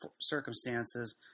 circumstances